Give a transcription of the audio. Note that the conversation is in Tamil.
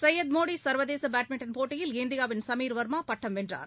சையத் மோடிசர்வதேசபேட்மின்டன் போட்டியில் இந்தியாவின் சமீர் வர்மாபட்டம் வென்றார்